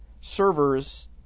servers